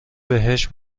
بهش